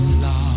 love